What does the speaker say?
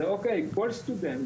כל סטודנט,